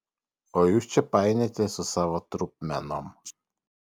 o jūs čia painiojatės su savo trupmenom